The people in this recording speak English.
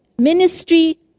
Ministry